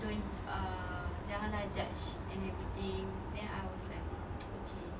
don't ah jangan lah judge and everything then I was like oo okay